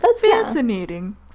fascinating